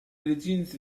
licenze